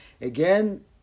Again